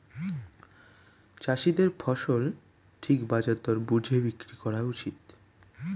চাষীদের ফসল ঠিক বাজার দর বুঝে বিক্রি করা উচিত